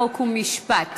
חוק ומשפט,